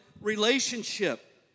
relationship